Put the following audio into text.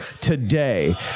today